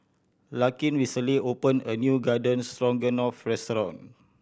Larkin recently opened a new Garden Stroganoff restaurant